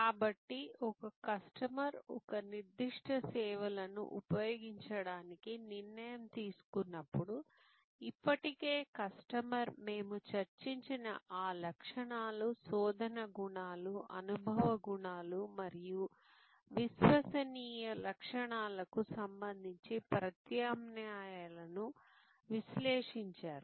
కాబట్టి ఒక కస్టమర్ ఒక నిర్దిష్ట సేవలను ఉపయోగించడానికి నిర్ణయం తీసుకున్నప్పుడు ఇప్పటికే కస్టమర్ మేము చర్చించిన ఆ లక్షణాలు శోధన గుణాలు అనుభవ గుణాలు మరియు విశ్వసనీయ లక్షణాలకు సంబంధించి ప్రత్యామ్నాయాలను విశ్లేషించారు